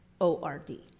o-r-d